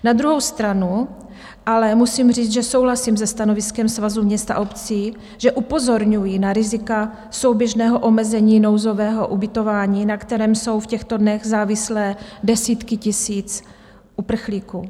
Na druhou stranu ale musím říct, že souhlasím se stanoviskem Svazu měst a obcí, že upozorňují na rizika souběžného omezení nouzového ubytování, na kterém jsou v těchto dnech závislé desítky tisíc uprchlíků.